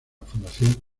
fundación